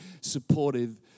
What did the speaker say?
supportive